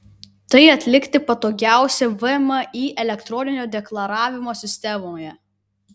tai atlikti patogiausia vmi elektroninio deklaravimo sistemoje